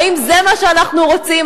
האם זה מה שאנחנו רוצים?